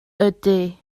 ydy